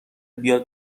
بیاد